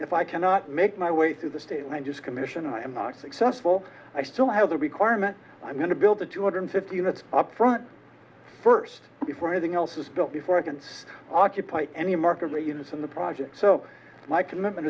if i cannot make my way through the state and i just commission i am not successful i still have the requirement i'm going to build the two hundred fifty units up front first before anything else is built before i can occupy any markedly units in the project so my commitment